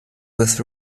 with